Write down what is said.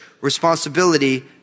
responsibility